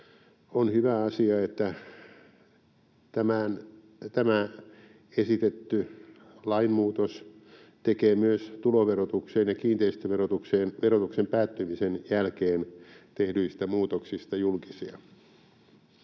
On hyvä asia, että tämä esitetty lainmuutos tekee myös tuloverotukseen ja kiinteistöverotukseen verotuksen päättymisen jälkeen tehdyistä muutoksista julkisia.